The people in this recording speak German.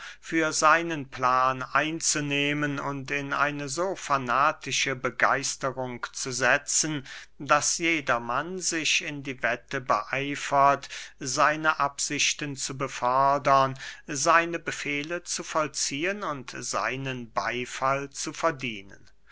für seinen plan einzunehmen und in eine so fanatische begeisterung zu setzen daß jedermann sich in die wette beeiferte seine absichten zu befördern seine befehle zu vollziehen und seinen beyfall zu verdienen